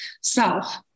self